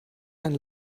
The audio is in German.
einen